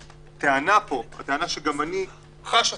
והטענה פה, הטענה שגם אני חש אותה,